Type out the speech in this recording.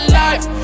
life